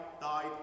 died